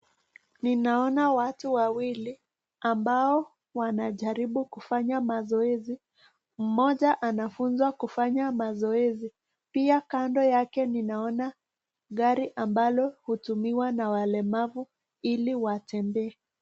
Ninaona watu wawili ambao wanajaribu kufanya mazoezi. Mmoja anafunzwa kufanya mazoezi. Pia kando yake ninaona gari ambalo hutumiwa na walemavu ili watembee.